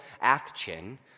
action